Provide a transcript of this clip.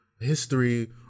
history